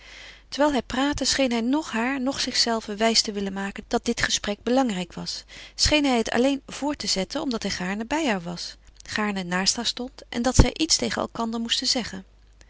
terwijl hij praatte scheen hij noch haar noch zichzelven wijs te willen maken dat dit gesprek belangrijk was scheen hij het alleen voort te zetten omdat hij gaarne bij haar was gaarne naast haar stond en dat zij iets tegen elkander moesten zeggen